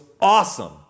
awesome